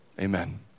Amen